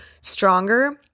stronger